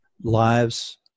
lives